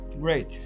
Great